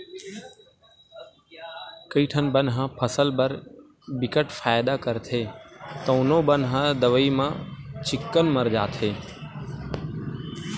कइठन बन ह फसल बर बिकट फायदा करथे तउनो बन ह दवई म चिक्कन मर जाथे